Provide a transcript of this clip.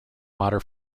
water